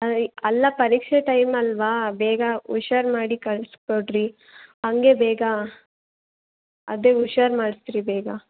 ಆಂ ಇ ಅಲ್ಲ ಪರೀಕ್ಷೆ ಟೈಮ್ ಅಲ್ವಾ ಬೇಗ ಹುಷಾರ್ ಮಾಡಿ ಕಳಿಸ್ಕೊಡ್ರಿ ಹಂಗೆ ಬೇಗ ಅದೇ ಹುಷಾರ್ ಮಾಡಿಸ್ರಿ ಬೇಗ